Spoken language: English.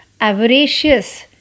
Avaricious